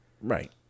Right